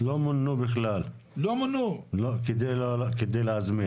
לא מונו בכלל כדי להזמין.